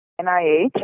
NIH